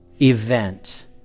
event